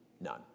none